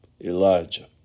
Elijah